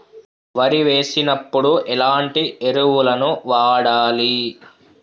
వరి వేసినప్పుడు ఎలాంటి ఎరువులను వాడాలి?